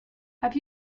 have